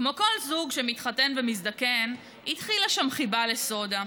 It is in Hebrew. כמו כל זוג שמתחתן ומזדקן, התחילה שם חיבה לסודה,